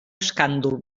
escàndol